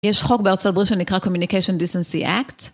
יש חוק בארצות הברית שנקרא Communication Decency Act.